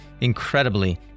incredibly